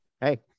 Hey